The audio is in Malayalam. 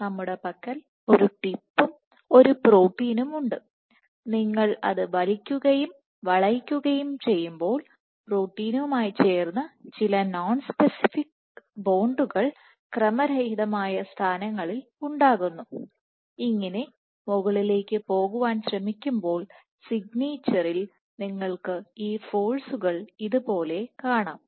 നമ്മുടെ പക്കൽ ഒരു ടിപ്പും ഒരു പ്രോട്ടീനും ഉണ്ട് നിങ്ങൾ അത് വലിക്കുകയും വളയ്ക്കുകയും ചെയ്യുമ്പോൾ പ്രോട്ടീനുമായി ചേർന്ന് ചില നോൺ സ്പെസിഫിക് ബോണ്ടുകൾ ക്രമരഹിതമായ സ്ഥാനങ്ങളിൽ ഉണ്ടാക്കുന്നു ഇങ്ങിനെ മുകളിലേക്ക് പോകാൻ ശ്രമിക്കുമ്പോൾ സിഗ്നേച്ചർ ഇൽ നിങ്ങൾക്ക് ഈ ഫോഴ്സുകൾ ഇതുപോലെ പോലെ കാണാം